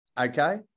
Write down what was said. okay